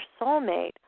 soulmate